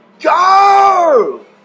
go